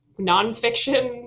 nonfiction